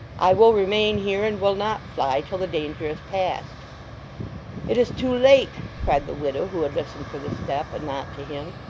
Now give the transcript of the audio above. i will remain here, and will not fly till the danger is past it is too late cried the widow, who had listened for the step, and not to him.